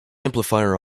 amplifier